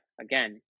again